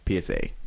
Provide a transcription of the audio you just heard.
PSA